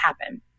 happen